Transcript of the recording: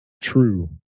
true